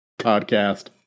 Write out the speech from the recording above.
podcast